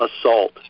assault